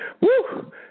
woo